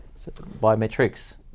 Biometrics